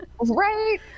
right